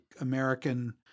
American